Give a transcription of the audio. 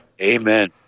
Amen